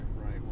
right